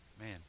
Man